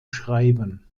schreiben